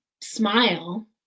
smile